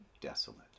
desolate